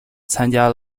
参加